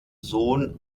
sohn